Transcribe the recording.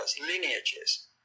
lineages